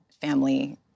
family